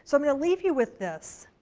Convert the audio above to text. so i'm gonna leave you with this,